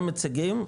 הם מציגים,